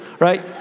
Right